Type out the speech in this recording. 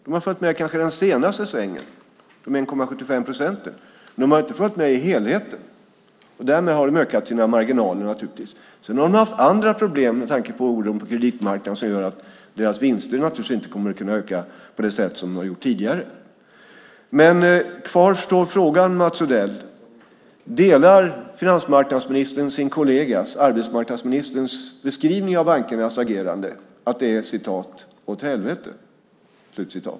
De har kanske följt med den senaste svängen, de 1,75 procenten, men de har inte följt med i helheten. Därmed har de ökat sina marginaler. Men de har haft andra problem med tanke på oron på kreditmarknaden som gör att deras vinster inte kommer att kunna öka på det sätt som de har gjort tidigare. Kvar står frågan, Mats Odell: Delar finansmarknadsministern sin kollega arbetsmarknadsministerns beskrivning av bankernas agerande, att det är "åt helvete"?